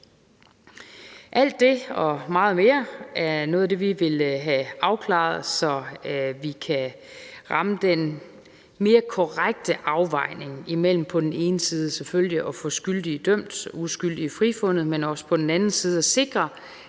Alt det og meget mere er noget af det, vi vil have afklaret, så vi kan ramme den mere korrekte afvejning imellem på den ene side selvfølgelig at få skyldige dømt og uskyldige frifundet, men også på den anden side sikre,